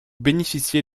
bénéficiez